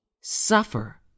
suffer